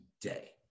today